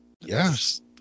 Yes